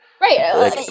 Right